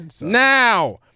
Now